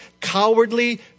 cowardly